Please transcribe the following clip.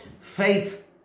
faith